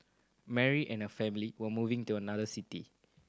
Mary and her family were moving to another city